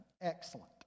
Excellent